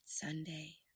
Sunday